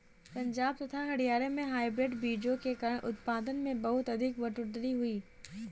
पंजाब तथा हरियाणा में हाइब्रिड बीजों के कारण उत्पादन में बहुत अधिक बढ़ोतरी हुई